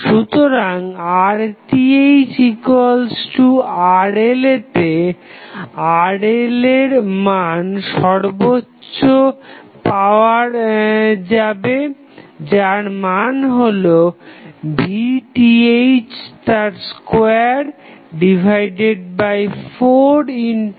সুতরাং RThRL তে RL এর মধ্যে সর্বোচ্চ পাওয়ার যাবে যার মান হলো VTh24RTh